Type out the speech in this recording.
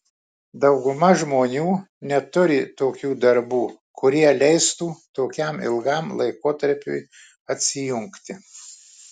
dauguma žmonių neturi tokių darbų kurie leistų tokiam ilgam laikotarpiui atsijungti